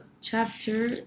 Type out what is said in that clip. chapter